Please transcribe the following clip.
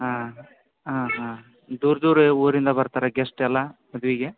ಹಾಂ ಹಾಂ ಹಾಂ ದೂರ ದೂರ ಊರಿಂದ ಬರ್ತಾರಾ ಗೆಸ್ಟ್ ಎಲ್ಲ ಮದ್ವೆಗೆ